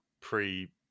pre